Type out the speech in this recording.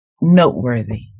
noteworthy